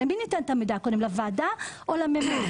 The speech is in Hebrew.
למי ניתן את המידע קודם לוועדה או למ.מ.מ?